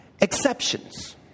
exceptions